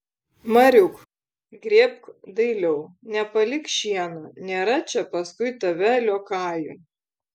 mariuk grėbk dailiau nepalik šieno nėra čia paskui tave liokajų